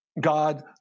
God